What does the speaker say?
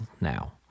now